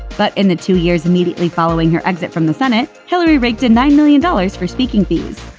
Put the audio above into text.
but in the two years immediately following her exit from the senate, hillary raked in nine million dollars for speaking fees.